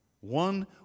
one